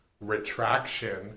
retraction